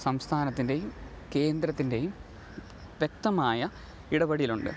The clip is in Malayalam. സംസ്ഥാനത്തിൻ്റെയും കേന്ദ്രത്തിൻ്റെയും വ്യക്തമായ ഇടപെടലുണ്ട്